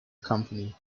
company